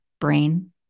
brain